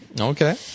Okay